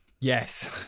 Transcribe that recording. Yes